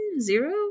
zero